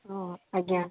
ହଁ ଆଜ୍ଞା